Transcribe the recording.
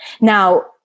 Now